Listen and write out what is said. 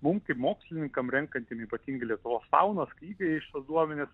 mum kaip mokslininkam renkantiem ypatingai lietuvos faunas duomenis